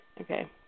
Okay